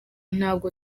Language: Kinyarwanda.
ntabwo